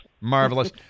Marvelous